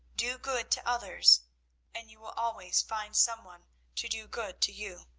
do good to others and you will always find some one to do good to you